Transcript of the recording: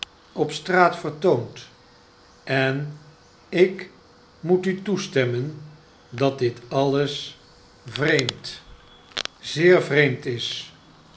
op straat vertoont en ik moet u toestemmeh dat dit alles vreemd zeer vreemd is